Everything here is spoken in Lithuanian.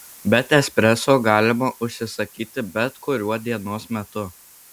bet espreso galima užsisakyti bet kuriuo dienos metu